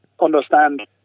understand